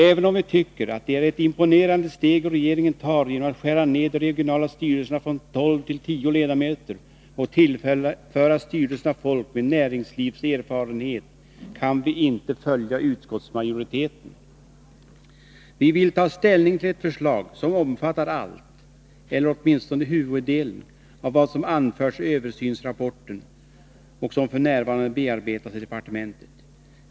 Även om vi tycker att det är ett imponerande steg regeringen tar genom att skära ner de regionala styrelserna från 12 till 10 ledamöter och tillföra styrelserna folk med näringslivserfarenhet, kan vi inte följa utskottsmajoriteten. Vi vill ta ställning till ett förslag som omfattar allt, eller åtminstone huvuddelen, av vad som anförts i översynsrapporten och som f. n. bearbetas i departementet.